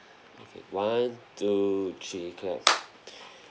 one two three clap